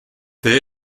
there